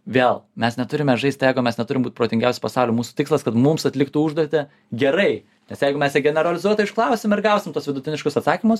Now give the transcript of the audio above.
vėl mes neturime žaisti ego mes neturim būt protingiausi pasauly mūsų tikslas kad mums atliktų užduotį gerai nes jeigu mes ji generalizuotai užklausim ir gausim tuos vidutiniškus atsakymus